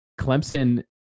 Clemson